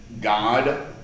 God